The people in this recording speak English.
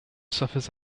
suffers